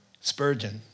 Spurgeon